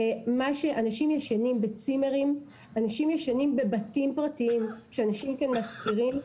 אנשים ישנים בצימרים; אנשים ישנים בבתים פרטיים שאנשים משכירים,